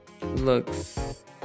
looks